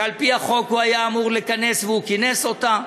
שעל-פי החוק הוא היה אמור לכנס, והוא כינס אותה.